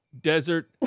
desert